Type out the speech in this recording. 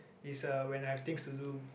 it's uh when I have things to do